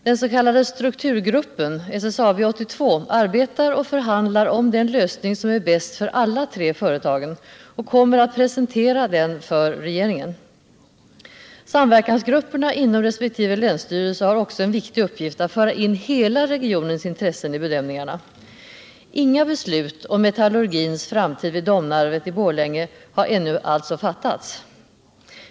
Den s.k. strukturgruppen, SSAB 82, arbetar och förhandlar om den lösning som är bäst för alla tre företagen och kommer att presentera den för regeringen. Samverkansgrupperna inom resp. länsstyrelse har också en viktig uppgift att föra in hela regionens intressen i bedömningarna. Några beslut om metallurgins framtid vid Domnarvet i Borlänge har således ännu inte fattats.